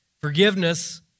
Forgiveness